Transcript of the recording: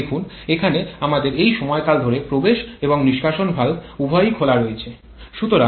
এটি দেখুন এখানে আমাদের এই সময় কাল ধরে প্রবেশ এবং নিষ্কাশন ভালভ উভয়ই খোলা রয়েছে